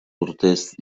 urtez